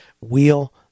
wheel